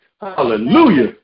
Hallelujah